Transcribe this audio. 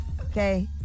Okay